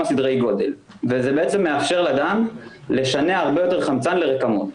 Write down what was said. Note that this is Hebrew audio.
סדרי גודל וזה מאפשר לדם לשנע הרבה יותר חמצן לרקמות.